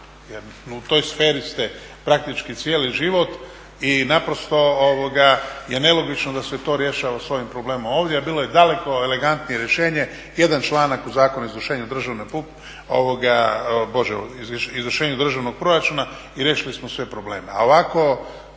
u toj sferi ste praktički cijeli život i naprosto je nelogično da se to rješava sa ovim problemom ovdje, a bilo je daleko elegantnije rješenje jedan članak u Zakonu o izvršenju državnog proračuna i riješili smo sve probleme.